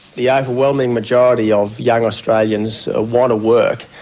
the overwhelming majority of young australians ah want to work,